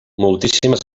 moltíssimes